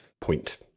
point